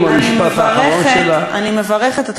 ואת חושבת, ולכן, ולכן, אני מברכת, משפט אחרון.